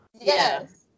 Yes